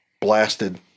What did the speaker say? blasted